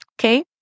Okay